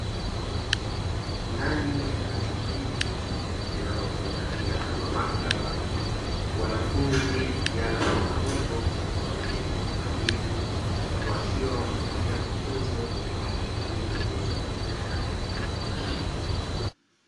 Ndani ya darasa hili linalotumika pia kama maktaba, wanafunzi vijana na watoto wameketi kwa utulivu wakiwa wanapokea mafunzo kutoka kwa mwalimu aliyesimama mbele yao.